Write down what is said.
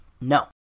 No